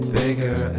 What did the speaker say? bigger